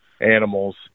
animals